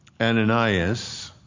Ananias